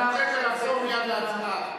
נא לצאת.